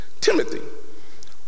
Timothy